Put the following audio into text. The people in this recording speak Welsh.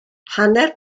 hanner